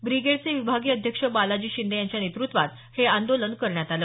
ब्रिगेडचे विभागीय अध्यक्ष बालाजी शिंदे यांच्या नेतृत्वात हे आंदोलन करण्यात आलं